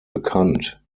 bekannt